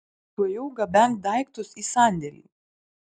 tuojau gabenk daiktus į sandėlį